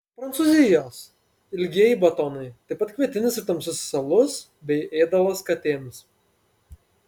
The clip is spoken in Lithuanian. prancūzijos ilgieji batonai taip pat kvietinis ir tamsusis alus bei ėdalas katėms